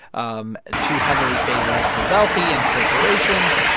um too heavily favors the wealthy and corporations.